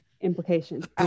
implications